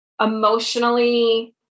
emotionally